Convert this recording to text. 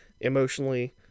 emotionally